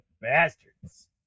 Bastards